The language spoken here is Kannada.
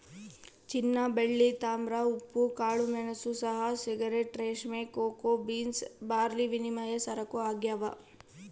ಚಿನ್ನಬೆಳ್ಳಿ ತಾಮ್ರ ಉಪ್ಪು ಕಾಳುಮೆಣಸು ಚಹಾ ಸಿಗರೇಟ್ ರೇಷ್ಮೆ ಕೋಕೋ ಬೀನ್ಸ್ ಬಾರ್ಲಿವಿನಿಮಯ ಸರಕು ಆಗ್ಯಾವ